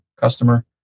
customer